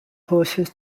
horses